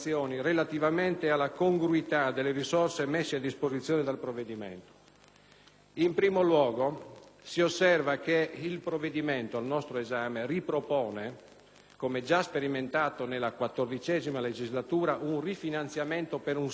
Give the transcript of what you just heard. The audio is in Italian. In primo luogo, si osserva che il provvedimento al nostro esame ripropone ‑ come già sperimentato nella XIV legislatura ‑ un rifinanziamento per un solo semestre, da rinnovare a metà dell'anno per un periodo della stessa durata.